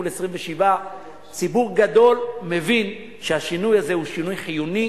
מול 27%. ציבור גדול מבין שהשינוי הזה הוא שינוי חיוני,